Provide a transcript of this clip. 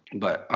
but